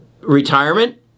retirement